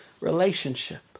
relationship